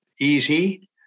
easy